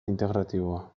integratiboa